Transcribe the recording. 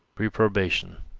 reprobation,